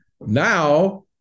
Now